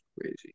Crazy